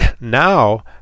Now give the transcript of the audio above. now